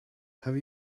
have